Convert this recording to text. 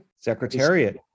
Secretariat